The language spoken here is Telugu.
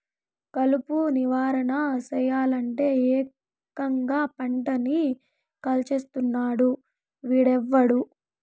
కలుపు నివారణ సెయ్యలంటే, ఏకంగా పంటని కాల్చేస్తున్నాడు వీడెవ్వడు